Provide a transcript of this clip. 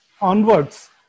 onwards